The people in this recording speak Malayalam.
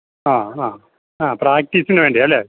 ആ ആ ആ പ്രാക്ട്റ്റീസിന് വേണ്ടി അല്ലേ